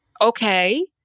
okay